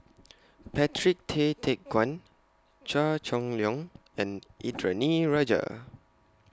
Patrick Tay Teck Guan Chua Chong Long and Indranee Rajah